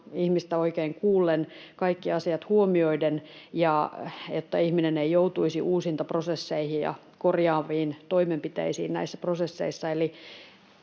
ihmistä oikein kuullen, kaikki asiat huomioiden, ja että ihminen ei joutuisi uusintaprosesseihin ja korjaaviin toimenpiteisiin näissä prosesseissa.